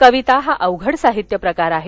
कविता हा अवघड साहित्य प्रकार आहे